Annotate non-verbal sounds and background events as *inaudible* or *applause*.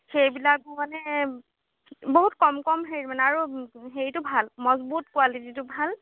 সেইবিলাক মানে বহুত কম কম হে মানে আৰু *unintelligible* হেৰিটো ভাল মজবুত কোৱালিটিটো ভাল